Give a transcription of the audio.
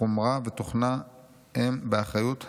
חומרה ותוכנה הם באחריות הציבור,